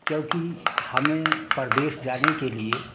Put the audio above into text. क्योंकि हमें परदेश जाने के लिए